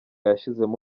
yashizemo